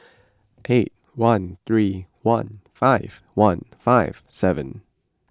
eight one three one five one five seven